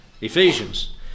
Ephesians